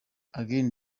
again